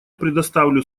предоставлю